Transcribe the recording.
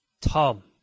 Tom